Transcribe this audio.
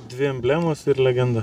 dvi emblemos ir legenda